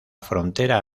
frontera